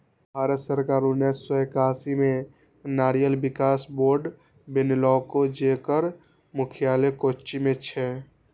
भारत सरकार उन्नेस सय एकासी मे नारियल विकास बोर्ड बनेलकै, जेकर मुख्यालय कोच्चि मे छै